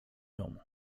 domu